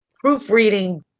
proofreading